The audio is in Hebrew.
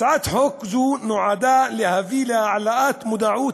הצעת חוק זו נועדה להביא להעלאת מודעות